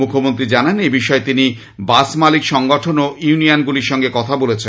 মুখ্যমন্ত্রী জানান এ বিষয়ে তিনি বাস মালিক সংগঠন ও ইউনিয়ন গুলির সঙ্গে কথা বলেছেন